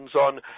on